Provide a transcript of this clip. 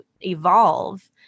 evolve